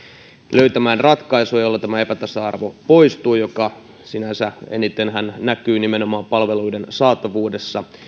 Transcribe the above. löytämään ratkaisua jolla tämä epätasa arvo poistuu joka sinänsä enitenhän näkyy nimenomaan palveluiden saatavuudessa